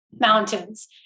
mountains